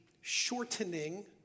shortening